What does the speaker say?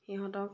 সিহঁতক